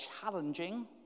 challenging